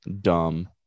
dumb